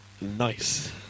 Nice